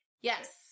Yes